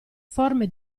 forme